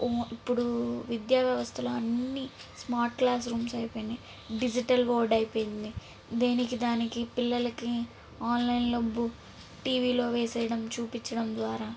ఇప్పుడు విద్యా వ్యవస్థలో అన్ని స్మార్ట్ క్లాస్ రూమ్స్ అయిపోయినాయి డిజిటల్ బోర్డ్ అయిపోయింది దేనికి దానికి పిల్లలకి ఆన్లైన్లో బు టీవీలో వేయడం చూపించడం ద్వారా